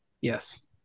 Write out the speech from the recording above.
Yes